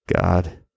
God